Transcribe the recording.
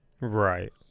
Right